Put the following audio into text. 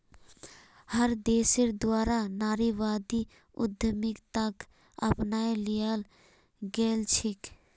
हर देशेर द्वारा नारीवादी उद्यमिताक अपनाए लियाल गेलछेक